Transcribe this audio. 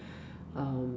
um